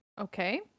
Okay